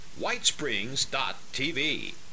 Whitesprings.tv